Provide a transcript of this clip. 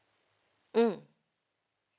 mm